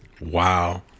Wow